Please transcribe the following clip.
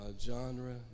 genre